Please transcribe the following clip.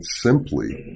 simply